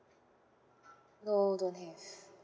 no don't have